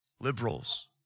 liberals